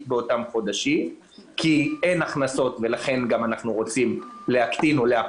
בחודשים אלו אין הכנסות אז לא יהיו הוצאות